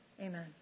Amen